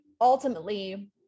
ultimately